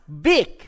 big